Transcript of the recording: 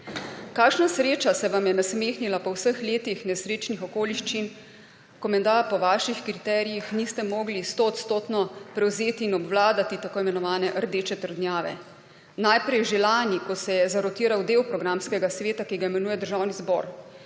Kakšna sreča se vam je nasmehnila po vseh letih nesrečnih okoliščin, ko menda po vaših kriterijih niste mogli stoodstotno prevzeti in obvladati tako imenovane rdeče trdnjave. Najprej že lani, ko se je zarotiral del programskega sveta, ki ga imenuje Državni zbor.